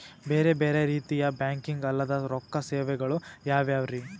ಬೇರೆ ಬೇರೆ ರೀತಿಯ ಬ್ಯಾಂಕಿಂಗ್ ಅಲ್ಲದ ರೊಕ್ಕ ಸೇವೆಗಳು ಯಾವ್ಯಾವ್ರಿ?